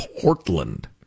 Portland